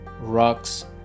rocks